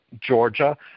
Georgia